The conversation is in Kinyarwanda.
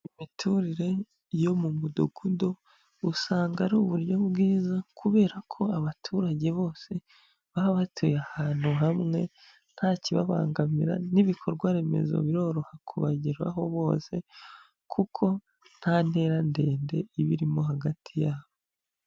Imiturire yo mu mudugudu usanga ari uburyo bwiza kubera ko abaturage bose baba batuye ahantu hamwe, nta kibabangamira n'ibikorwa remezo biroroha kubageraho bose kuko nta ntera ndende iba irimo hagati yabo.